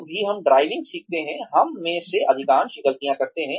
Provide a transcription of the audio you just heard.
जब भी हम ड्राइविंग सीखते हैं हम में से अधिकांश ये ग़लतियाँ करते हैं